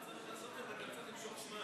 לעשות את זה כי אתה צריך למשוך זמן.